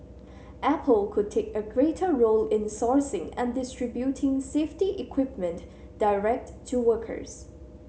apple could take a greater role in sourcing and distributing safety equipment direct to workers